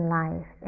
life